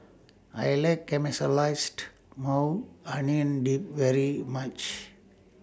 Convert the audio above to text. I like Caramelized Maui Onion Dip very much